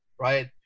right